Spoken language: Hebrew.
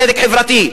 צדק חברתי.